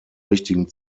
richtigen